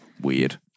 Weird